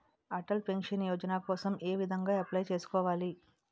Atal pension Yojana కోసం ఏ విధంగా అప్లయ్ చేసుకోవాలి?